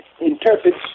interprets